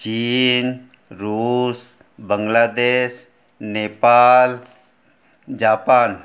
China Russia Bangladesh Nepal Japan